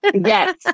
Yes